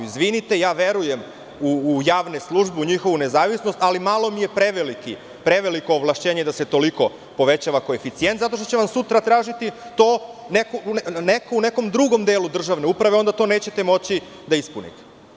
Izvinite, verujem u javnu službu, u njihovu nezavisnost, ali mi je malo preveliko ovlašćenje i da se toliko povećava koeficijent, zato što će vam sutra tražiti to neko u nekom drugom delu državne uprave i onda to nećete moći da ispunite.